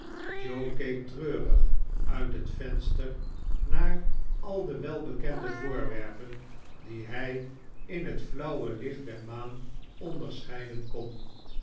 joe keek treurig uit het venster naar al de welbekende voorwerpen die hij in het flauwe licht der maan onderscheiden kon